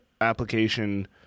application